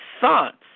thoughts